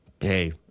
Hey